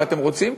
אם אתם רוצים,